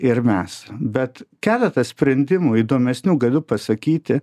ir mes bet keletą sprendimų įdomesnių galiu pasakyti